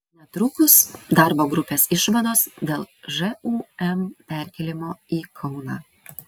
netrukus darbo grupės išvados dėl žūm perkėlimo į kauną